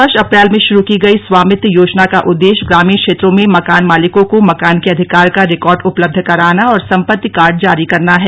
इस वर्ष अप्रैल में शुरू की गई स्वामित्व योजना का उदेश्य ग्रामीण क्षेत्रों में मकान मालिकों को मकान के अधिकार का रिकॉर्ड उपलब्ध कराना और संपत्ति कार्ड जारी करना है